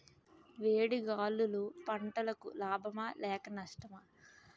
వేడి గాలులు పంటలకు లాభమా లేక నష్టమా?